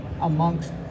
amongst